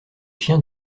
chiens